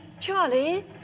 Charlie